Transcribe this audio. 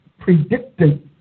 predicting